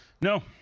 No